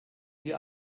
sie